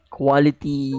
quality